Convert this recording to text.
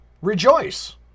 rejoice